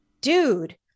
dude